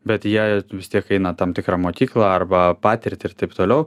bet jie vis tiek eina tam tikrą mokyklą arba patirtį ir taip toliau